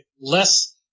less